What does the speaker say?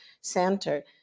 center